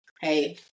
hey